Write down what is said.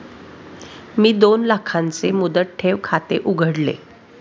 मी दोन लाखांचे मुदत ठेव खाते उघडले